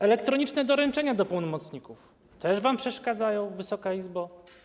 Elektroniczne doręczenia do pełnomocników, też wam przeszkadzają, Wysoka Izbo?